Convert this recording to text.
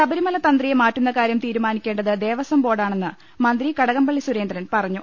ശബരിമല തന്ത്രിയെ മാറ്റുന്നകാര്യം തീരുമാനിക്കേണ്ടത് ദേവസം ബോർഡാണെന്ന് മന്ത്രി കടകംപളളി സുരേന്ദ്രൻ പറ ഞ്ഞു